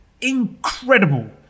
Incredible